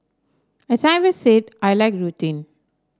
as I have said I like routine